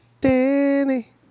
Danny